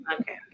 okay